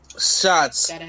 shots